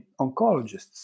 oncologists